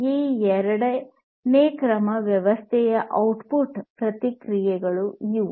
ಈ ಎರಡನೇ ಕ್ರಮ ವ್ಯವಸ್ಥೆಗಳ ಔಟ್ ಪುಟ್ ಪ್ರತಿಕ್ರಿಯೆ ಇವು